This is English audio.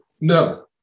no